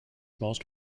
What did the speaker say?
most